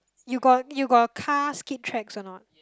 you got you got car skid tracks or not